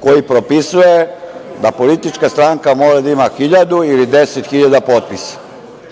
koji propisuje da politička stranka mora da ima hiljadu ili 10 hiljada potpisa.